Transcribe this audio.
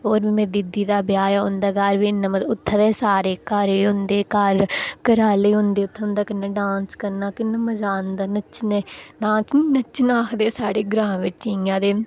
होर मेरी दीदी दा ब्याह् होआ उं'दे घर बी इ'न्ना मतलब उत्थै ते सारे घर गै होंदे घर घरा आह्ले होंदे उत्थै उं'दे कन्नै डांस करना किन्ना मजा औंदा नच्चने डांस निं नच्चना आखदे साढ़े ग्रांऽ बिच इ'यां ते